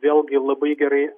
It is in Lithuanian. vėlgi labai gerai